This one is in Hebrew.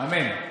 אמן.